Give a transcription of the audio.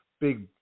big